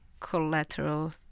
collateral